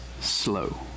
slow